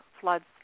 floods